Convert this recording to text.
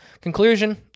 Conclusion